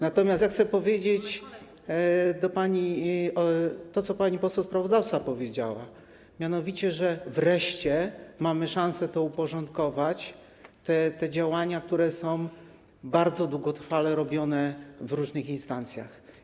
Natomiast chcę powiedzieć pani to, co pani poseł sprawozdawca powiedziała, mianowicie, że wreszcie mamy szansę to uporządkować, te działania, które są bardzo długotrwale robione w różnych instancjach.